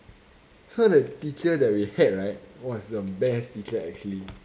so that teacher that we had right was the best teacher actually